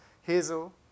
Hazel